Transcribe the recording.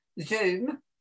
Zoom